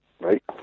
Right